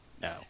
No